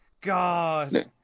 God